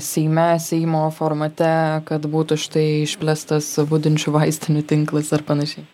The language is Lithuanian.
seime seimo formate kad būtų štai išplėstas budinčių vaistinių tinklais ar panašiai